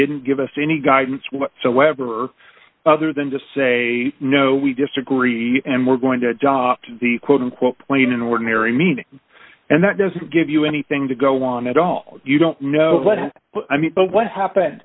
didn't give us any guidance whatsoever other than to say no we disagree and we're going to adopt the quote unquote point in ordinary meaning and that doesn't give you anything to go on at all you don't know what i mean but what happened